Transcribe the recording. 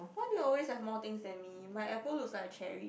why do you always have more things than me my apple looks like a cherry